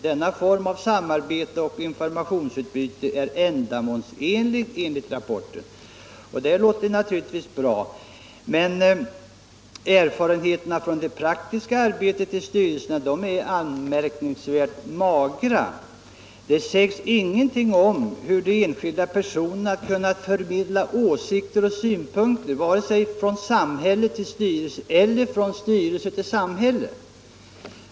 Denna form av samarbete och informationsutbyte är ändamålsenlig, enligt rapporten, och det låter naturligtvis bra. Men erfarenheterna från det praktiska arbetet i styrelserna är anmärkningsvärt magra. Det sägs ingenting om hur de enskilda personerna kunnat förmedla åsikter och synpunkter vare sig från samhälle till styrelse eller från styrelse till samhälle.